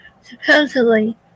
supposedly